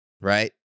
right